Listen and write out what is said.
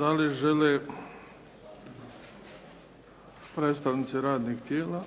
Da li žele predstavnici radnih tijela?